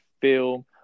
film